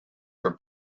for